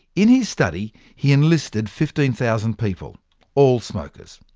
in his study, he enlisted fifteen thousand people all smokers.